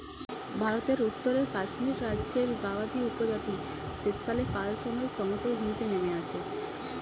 ভারতের উত্তরে কাশ্মীর রাজ্যের গাদ্দী উপজাতি শীতকালে পাল সমেত সমতল ভূমিতে নেমে আসে